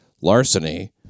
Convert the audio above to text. larceny